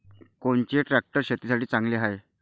कोनचे ट्रॅक्टर शेतीसाठी चांगले हाये?